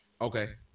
Okay